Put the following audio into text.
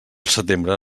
setembre